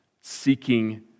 seeking